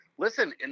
Listen